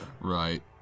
Right